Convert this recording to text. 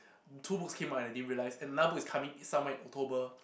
two books came out and I didn't realize and another book is coming is somewhere in October